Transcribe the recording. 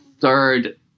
third